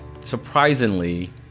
surprisingly